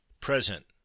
present